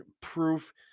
proof